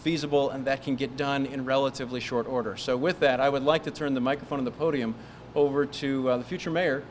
feasible and that can get done in a relatively short order so with that i would like to turn the microphone of the podium over to the future may